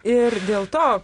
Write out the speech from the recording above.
ir dėl to